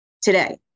today